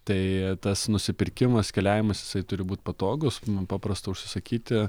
tai tas nusipirkimas keliavimas jisai turi būti patogūs paprasta užsisakyti